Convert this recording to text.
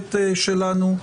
במסורת שלנו,